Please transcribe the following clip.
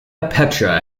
petra